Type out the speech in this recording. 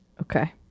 Okay